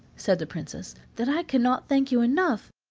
said the princess, that i cannot thank you enough,